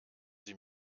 sie